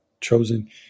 chosen